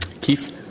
Keith